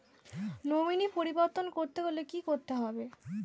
Nominee পরিবর্তন করতে হলে কী করতে হবে?